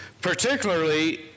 particularly